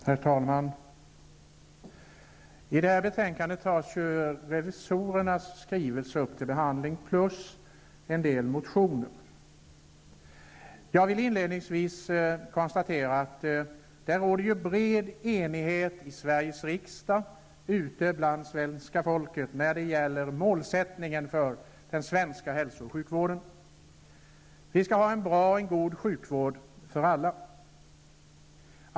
Herr talman! I detta betänkande tas revisorernas skrivelse och en del motioner upp till behandling. Jag konstaterar inledningsvis att det råder en bred enighet i Sveriges riksdag och ute bland svenska folket när det gäller målsättningen för den svenska hälso och sjukvården. Vi skall ha en bra och en god sjukvård för alla.